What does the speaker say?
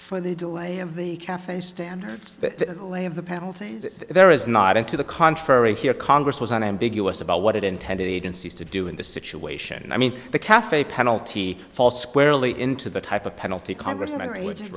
for the delay of the cafe standards the lay of the penalty there is not in to the contrary here congress was unambiguous about what it intended agencies to do in this situation i mean the cafe penalty fall squarely into the type of penalty congress an